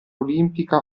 olimpica